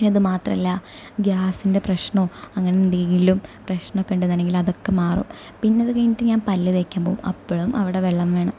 പിന്നെ അത് മാത്രമല്ല ഗ്യാസിൻ്റെ പ്രശ്നമോ അങ്ങനെയെന്തെങ്കിലും പ്രശ്നമൊക്കെയുണ്ടെന്നുണ്ടെങ്കിൽ അതൊക്കെ മാറും പിന്നെ അതുകഴിഞ്ഞിട്ട് ഞാൻ പല്ലു തേക്കാൻ പോകും അപ്പോഴും അവിടെ വെള്ളം വേണം